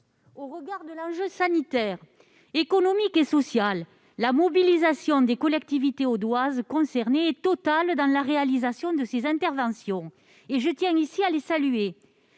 Face à l'enjeu sanitaire, économique et social, la mobilisation des collectivités audoises concernées est totale dans la réalisation des interventions. Je tiens ici à les saluer.